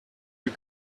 you